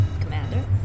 commander